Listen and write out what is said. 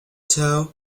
toe